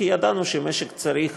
כי ידענו שהמשק צריך